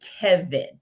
Kevin